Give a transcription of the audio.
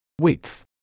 width